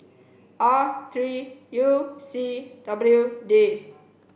R three U C W D